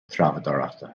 treabhdóireachta